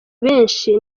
benshi